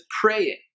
praying